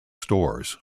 stores